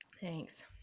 Thanks